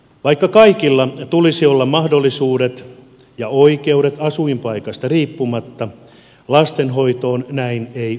vaikka kaikilla tulisi olla mahdollisuudet ja oikeudet asuinpaikasta riippumatta lastenhoitoon näin ei ole